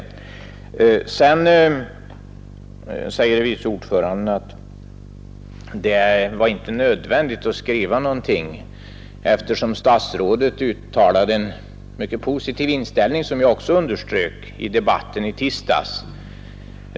Vidare ansåg utskottets vice ordförande att det inte var nödvändigt att skriva någonting om en breddning av beredskapsarbetena, eftersom statsrådet uttalat en mycket positiv inställning — såsom jag också underströk — i interpellationsdebatten i tisdags.